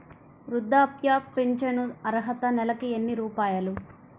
వృద్ధాప్య ఫింఛను అర్హత నెలకి ఎన్ని రూపాయలు?